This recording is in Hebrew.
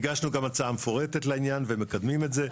הגשנו גם הצעה מפורטת לעניין ומקדמים את זה.